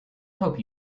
help